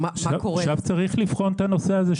צריך לבחון את זה,